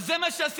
זה מה שעשית.